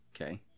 Okay